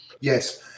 Yes